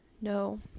no